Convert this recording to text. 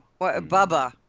Bubba